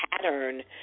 pattern